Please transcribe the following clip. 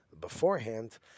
beforehand